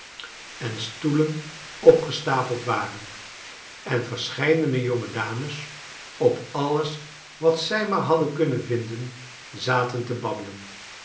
en stoelen opgestapeld waren en verscheidene jonge dames op alles wat zij maar hadden kunnen vinden zaten te babbelen